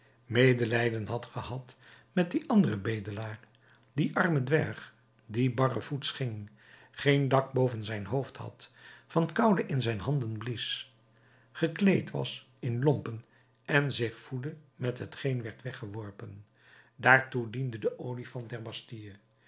medelijden had gehad met dien anderen bedelaar dien armen dwerg die barrevoets ging geen dak boven zijn hoofd had van koude in zijn handen blies gekleed was in lompen en zich voedde met hetgeen werd weggeworpen daartoe diende de olifant